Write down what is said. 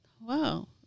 wow